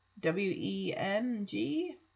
W-E-N-G